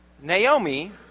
Naomi